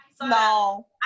No